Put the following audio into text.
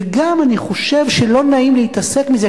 וגם אני חושב שלא נעים להתעסק עם זה,